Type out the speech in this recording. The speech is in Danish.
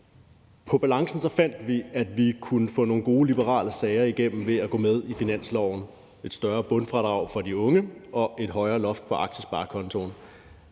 På balancen fandt vi, at vi kunne få nogle gode liberale sager igennem ved at gå med i finansloven: et større bundfradrag for de unge og et højere loft på aktiesparekontoen.